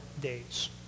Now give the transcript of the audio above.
days